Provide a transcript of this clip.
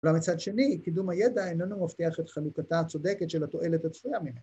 אולם מצד שני, קידום הידע איננו מבטיח את חלוקתה הצודקת של התועלת הצפויה ממנו